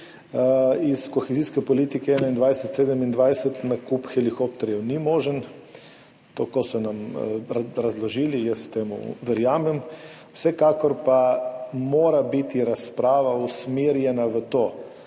Iz kohezijske politike 2021–2027 nakup helikopterjev ni možen, tako so nam razložili, jaz temu verjamem. Vsekakor pa mora biti razprava usmerjena v to,